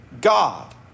God